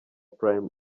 prime